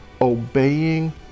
obeying